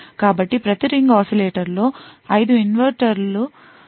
కాబట్టి ప్రతి ring oscillator లో 5 ఇన్వర్టర్లు మరియు AND గేట్ ఉన్నాయి